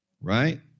right